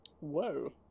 Whoa